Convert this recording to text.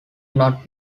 not